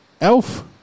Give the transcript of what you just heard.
Elf